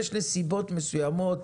יש לי סיבות מסוימות.